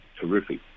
terrific